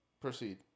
Proceed